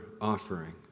offering